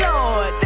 Lord